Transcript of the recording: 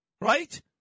right